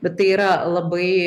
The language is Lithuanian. bet tai yra labai